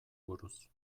buruz